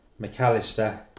McAllister